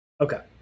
Okay